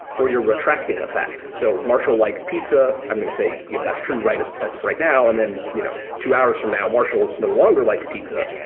or you're retracting a fact. so marshall likes pizza. i'm going to say you know that's true as as of right now. and then you know two hours from now, marshall no longer likes pizza.